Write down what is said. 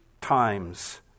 times